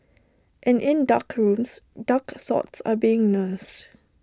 and in dark rooms dark thoughts are being nursed